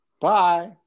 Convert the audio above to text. Bye